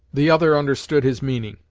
the other understood his meaning,